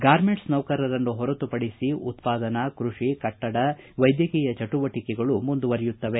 garments ನೌಕರರನ್ನು ಹೊರತುಪಡಿಸಿ ಉತ್ಪಾದನಾ ಕೃಷಿ ಕಟ್ಟಡ ವೈದ್ಯಕೀಯ ಚಟುವಟಿಕೆಗಳು ಮುಂದುವರಿಯುತ್ತವೆ